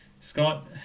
Scott